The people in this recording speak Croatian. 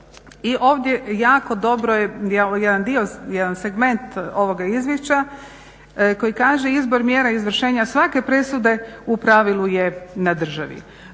je, jedan dio, jedan segment ovoga Izvješća koji kaže: "Izbor mjera izvršenja svake presude u pravilu je na državi."